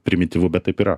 primityvu bet taip yra